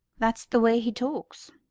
that's the way he talks.